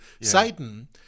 Satan